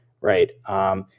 right